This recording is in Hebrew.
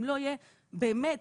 באמת,